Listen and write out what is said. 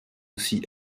aussi